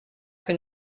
que